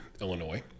Illinois